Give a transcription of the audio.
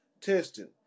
testing